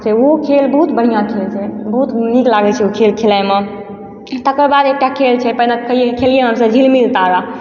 उहो खेल बहुत बढ़िआँ खेल छै बहुत नीक लागय छै उ खेल खेलाइमे तकरबाद एकटा खेल छै पहिने खेलियइ हमसब झिलमिल तारा